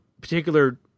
particular